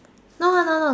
no lah no lah